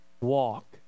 Walk